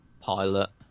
pilot